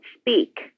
Speak